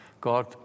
God